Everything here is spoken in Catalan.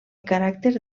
caràcter